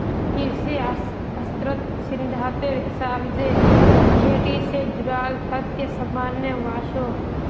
कृषि अर्थ्शाश्त्रेर सिद्धांतेर हिसाब से खेटी से जुडाल तथ्य सामने वोसो